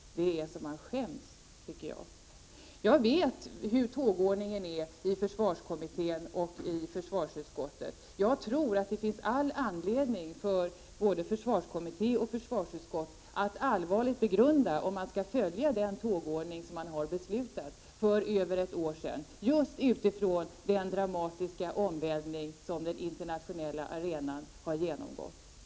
Det är så att man skäms, tycker jag. Jag känner till tågordningen i försvarskommittén och i försvarsutskottet. Jag tror att det finns all anledning för både försvarskommitté och försvarsutskott att just utifrån den dramatiska omvälvning som den internationella arenan har genomgått allvarligt begrunda om man skall följa den tågordning som man fattade beslut om för över ett år sedan.